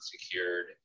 secured